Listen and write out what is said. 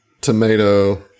tomato